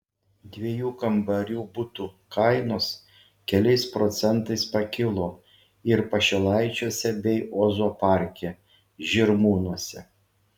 dviejų kambarių butų kainos keliais procentais pakilo ir pašilaičiuose bei ozo parke žirmūnuose